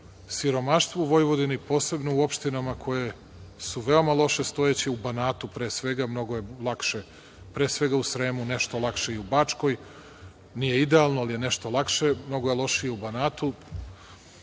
Siromaštvo u Vojvodini, posebno u opštinama koje su veoma loše stojeće u Banatu, pre svega, mnogo je lakše pre svega u Sremu, nešto i u Bačkoj, nije idealno, nešto je lakše, mnogo je lošije u Banatu,